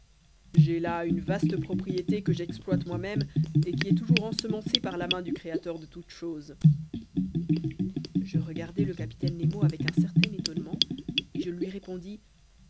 j'ai là une vaste propriété que j'exploite moi-même et qui est toujours ensemencée par la main du créateur de toutes choses je regardai le capitaine nemo avec un certain étonnement et je lui répondis